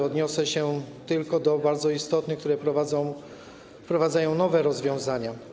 Odniosę się tylko do bardzo istotnych, które wprowadzają nowe rozwiązania.